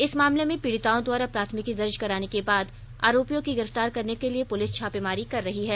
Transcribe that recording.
इस मामले में पीड़िताओं द्वारा प्राथमिकी दर्ज कराने के बाद आरोपियों की गिरफ्तार करने के पुलिस छापेमारी कर रही है